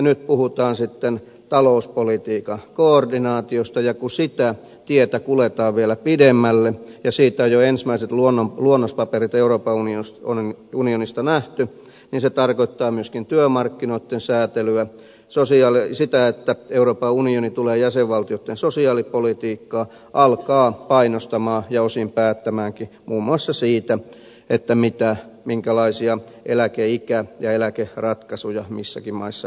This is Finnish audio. nyt puhutaan sitten talouspolitiikan koordinaatiosta ja kun sitä tietä kuljetaan vielä pidemmälle ja siitä on jo ensimmäiset luonnospaperit euroopan unionista nähty niin se tarkoittaa myöskin työmarkkinoitten säätelyä sitä että euroopan unioni tulee mukaan jäsenvaltioitten sosiaalipolitiikkaan alkaa painostaa ja osin päättääkin muun muassa siitä minkälaisia eläkeikä ja eläkeratkaisuja missäkin maissa tehdään